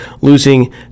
losing